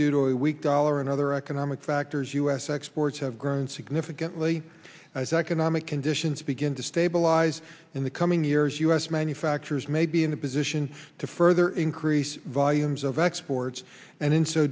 a weak dollar and other economic factors u s exports have grown significantly as economic conditions begin to stabilize in the coming years u s manufacturers may be in a position to further increase volumes of exports and in so